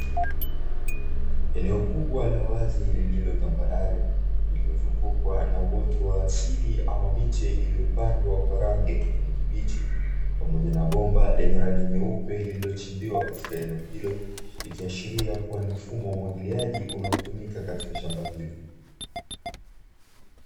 Eneo kubwa la wazi lililo tambarare, lililozungukwa na uoto wa asili ama miche liliyopandwa ya kijani kibichi, pamoja na bomba lenye rangi nyeupe mbele lililochimbiwa katika eneo hilo; ikiashiria kuwa ni mfumo wa umwagiliaji unaotumika katika shamba hilo.